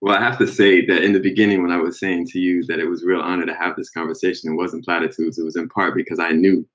well, i have to say that in the beginning when i was saying to you that it was a real honor to have this conversation, it wasn't platitudes. it was in part because i knew